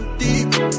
deep